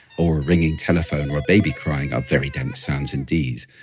or a ringing telephone, or a baby crying, are very dense sounds, indeed,